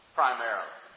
primarily